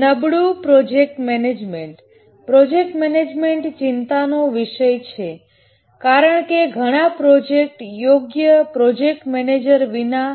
નબળું project management project management ચિંતાનો વિષય છે કારણ કે ઘણા પ્રોજેક્ટ્ યોગ્ય પ્રોજેક્ટ મેનેજર વિના